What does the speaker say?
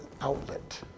outlet